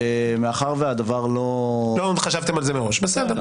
מאחר והדבר לא -- לא חשבתם על זה מראש בסדר.